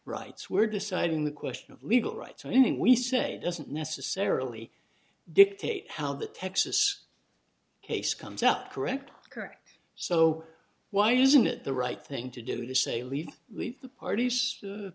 rights we're deciding the question of legal rights meaning we say doesn't necessarily dictate how the texas case comes out correct correct so why isn't it the right thing to do to say leave leave the parties